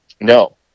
No